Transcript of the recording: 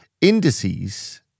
indices